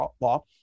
law